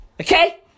okay